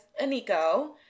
Aniko